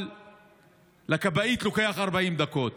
אבל לכבאית לוקח 40 דקות.